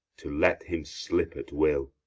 to let him slip at will.